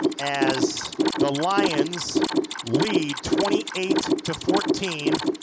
as the lions lead twenty eighth to fourteenth